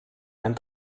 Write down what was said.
ein